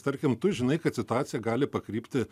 tarkim tu žinai kad situacija gali pakrypti